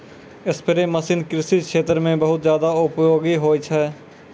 spray machine कृषि क्षेत्र म बहुत जादा उपयोगी होय छै